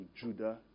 Judah